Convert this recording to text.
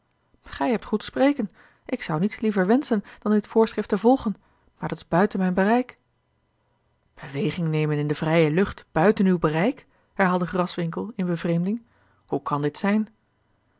gij hebt goed spreken ik zou niets liever wenschen dan dit voorschrift te volgen maar dat is buiten mijn bereik beweging nemen in de vrije lucht buiten uw bereik herhaalde grraswinckel in bevreemding hoe kan dit zijn